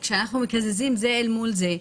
כשמקזזים את הגירעון המצטבר מהעודף התזרימי,